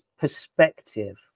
perspective